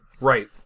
Right